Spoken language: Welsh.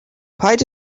paid